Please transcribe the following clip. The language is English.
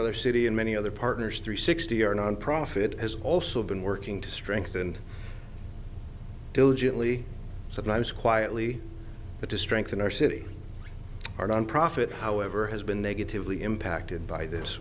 other city and many other partners three sixty or nonprofit has also been working to strengthen diligently sometimes quietly but to strengthen our city our nonprofit however has been negatively impacted by this